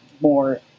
more